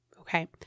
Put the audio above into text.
okay